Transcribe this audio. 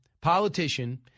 politician